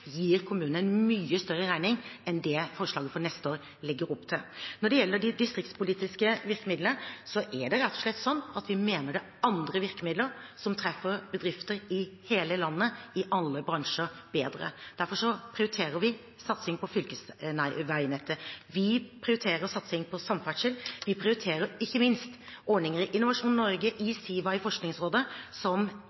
gir kommunene en mye større regning enn det forslaget for neste år legger opp til. Når det gjelder de distriktspolitiske virkemidlene, er det rett og slett sånn at vi mener det er andre virkemidler som treffer bedrifter i hele landet, i alle bransjer, bedre. Derfor prioriterer vi satsing på fylkesveinettet. Vi prioriterer satsing på samferdsel. Vi prioriterer ikke minst ordninger i Innovasjon Norge, i